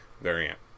variant